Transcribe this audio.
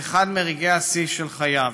תיאר את הרגע הזה כאחד מרגעי השיא של חייו.